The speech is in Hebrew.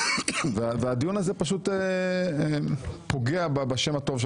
והדיון הזה פשוט פוגע בשמו הטוב.